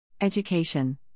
Education